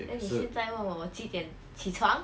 then 你现在问我几点起床